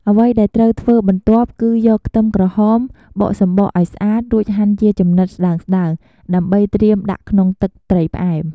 អ្វីដែលត្រូវធ្វើបន្ទាប់គឺ យកខ្ទឹមក្រហម បកសំបកឱ្យស្អាតរួចហាន់ជាចំណិតស្ដើងៗ ដើម្បីត្រៀមដាក់ក្នុងទឹកត្រីផ្អែម។